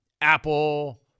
apple